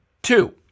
Two